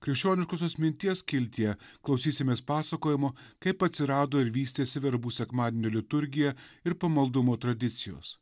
krikščioniškosios minties skiltyje klausysimės pasakojimo kaip atsirado ir vystėsi verbų sekmadienio liturgija ir pamaldumo tradicijos